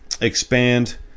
expand